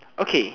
okay